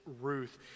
Ruth